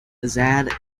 azad